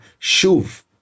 Shuv